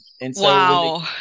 Wow